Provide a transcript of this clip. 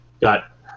got